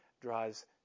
draws